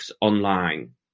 online